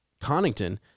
Connington